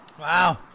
Wow